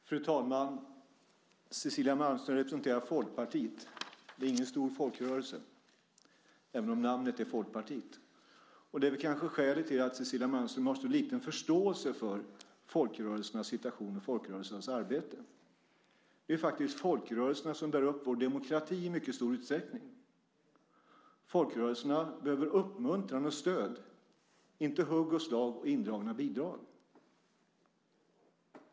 Fru talman! Cecilia Malmström representerar Folkpartiet. Det är ingen stor folkrörelse, även om namnet är Folkpartiet. Det är kanske skälet till att Cecilia Malmström har så liten förståelse för folkrörelsernas situation och folkrörelsernas arbete. Det är faktiskt folkrörelserna som i mycket stor utsträckning bär upp vår demokrati. Folkrörelserna behöver uppmuntran och stöd, inte hugg och slag och indragna bidrag.